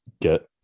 get